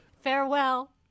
Farewell